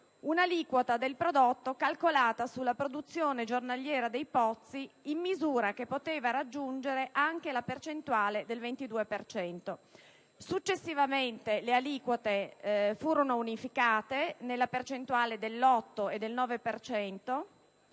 un'aliquota del prodotto calcolata sulla produzione giornaliera dei pozzi in misura che poteva raggiungere anche la percentuale del 22 per cento. Successivamente le aliquote furono unificate nella percentuale dell'8 e del 9